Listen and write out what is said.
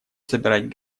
собирать